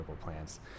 plants